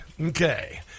Okay